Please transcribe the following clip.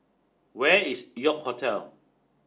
where is York Hotel